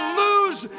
lose